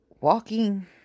walking